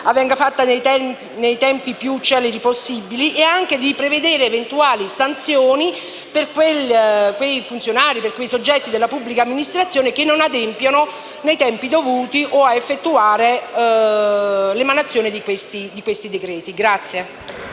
venga fatto nei tempi più celeri possibile e preveda eventuali sanzioni per quei funzionari e soggetti della pubblica amministrazione che non adempiano nei tempi dovuti a effettuare l'emanazione di tali decreti attuativi.